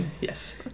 Yes